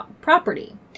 property